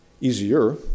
easier